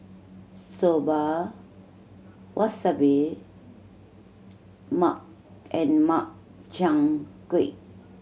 Soba Wasabi and Makchang Gui